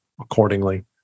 accordingly